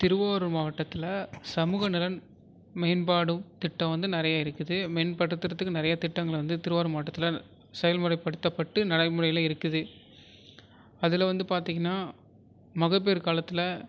திருவாரூர் மாவட்டத்தில் சமூக நலன் மேம்பாடு திட்டம் வந்து நிறைய இருக்குது மேம்பாடு திட்டத்துக்கு நிறையா திட்டங்களை வந்து திருவாரூர் மாவட்டத்தில் செயல்முறைப்படுத்தப்பட்டு நடைமுறையில் இருக்குது அதில் வந்து பார்த்திங்கன்னா மகப்பேறு காலத்தில்